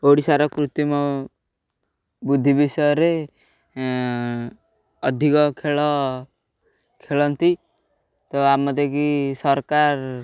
ଓଡ଼ିଶାର କୃତିମ ବୁଦ୍ଧି ବିଷୟରେ ଅଧିକ ଖେଳ ଖେଳନ୍ତି ତ ଆମ ସରକାର